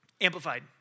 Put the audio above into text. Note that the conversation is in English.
Amplified